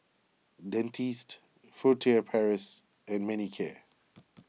Dentiste Furtere Paris and Manicare